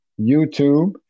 YouTube